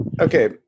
Okay